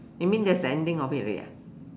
you mean that's the ending of it already ah